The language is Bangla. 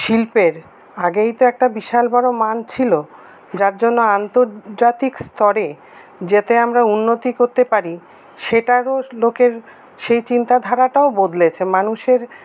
শিল্পের আগেই তো একটা বিশাল বড়ো মান ছিল যার জন্য আন্তর্জাতিক স্তরে যাতে আমরা উন্নতি করতে পারি সেটারও লোকের সেই চিন্তাধারাটাও বদলেছে মানুষের